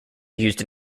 used